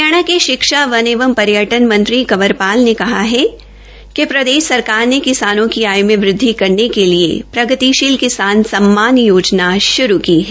हरियाणा के शिक्षा वन एवं पर्यटन मंत्री श्री कंवरपाल ने कहा है कि प्रदेश सरकार ने किसानों की आय में वृद्धि करने के लिए प्रगतिशील किसान सम्मान योजना आरम्भ की है